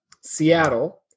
seattle